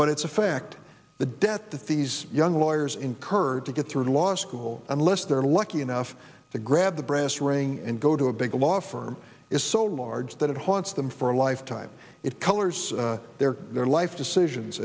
but it's a fact the debt that these young lawyers incurred to get through to law school unless they're lucky enough to grab the brass ring and go to a big law firm is so large that it haunts them for a lifetime it colors their their life decisions